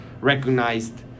recognized